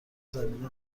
زمینه